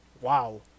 Wow